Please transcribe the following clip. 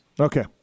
Okay